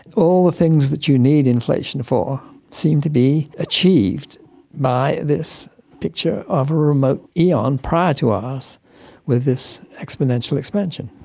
all the things that you need inflation for seem to be achieved by this picture of a remote eon prior to ours with this exponential expansion.